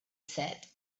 said